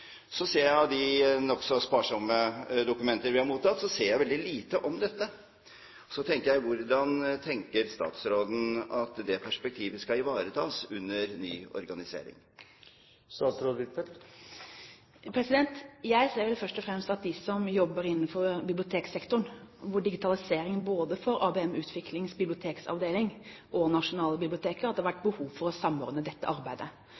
Så tenker jeg: Hvordan tenker statsråden seg at dette perspektivet skal ivaretas under ny organisering? Jeg ser vel først og fremst at de som jobber innenfor biblioteksektoren, ville hatt behov for å samordne arbeidet med digitalisering når det gjelder ABM-utviklings bibliotekavdeling og